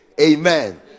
Amen